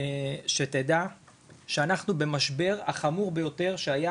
שתדע שאנחנו במשבר החמור ביותר שהיה